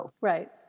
Right